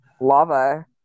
lava